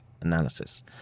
analysis